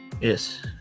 Yes